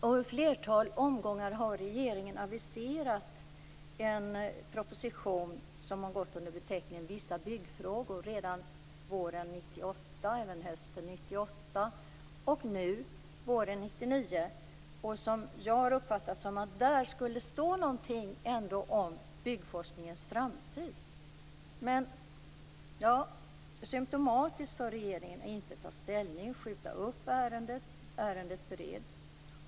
I ett flertal omgångar har regeringen aviserat en proposition som har gått under beteckningen Vissa byggfrågor. Det skedde redan våren 1998, även hösten 1998 och nu våren 1999. Som jag har uppfattat det skulle där stå någonting om byggforskningens framtid. Men symtomatiskt för regeringen är att inte ta ställning utan att skjuta upp ärendet. Ärendet bereds.